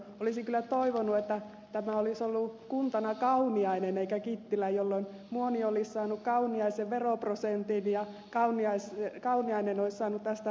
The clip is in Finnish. olisin kyllä toivonut että kuntana olisi ollut kauniainen eikä kittilä jolloin muonio olisi saanut kauniaisen veroprosentin ja kauniainen olisi saanut tästä vastineeksi pallastunturin